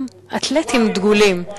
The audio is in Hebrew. גם אתלטים דגולים.